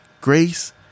Grace